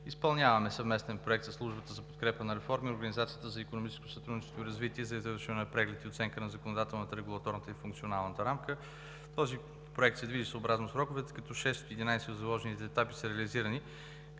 Изпълняваме съвместен проект със Службата за подкрепа на реформи и Организацията за икономическо сътрудничество и развитие за извършване на преглед и оценка на законодателната, регулаторната и функционална рамка. Този проект се движи съобразно сроковете, като шест от единадесет от заложените етапи са реализирани.